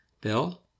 Bill